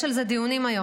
יש על זה דיונים היום.